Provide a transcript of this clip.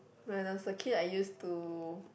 when I was a kid I use to